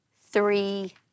three